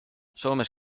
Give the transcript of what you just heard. soomes